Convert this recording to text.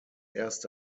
erste